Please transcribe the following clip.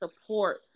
support